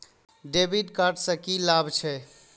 डेविट कार्ड से की लाभ छै?